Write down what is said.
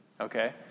okay